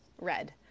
red